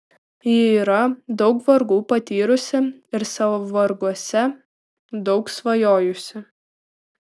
ji yra daug vargų patyrusi ir savo varguose daug svajojusi